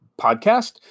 podcast